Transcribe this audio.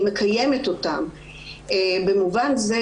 היא מקיימת אותם במובן זה